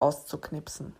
auszuknipsen